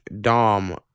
Dom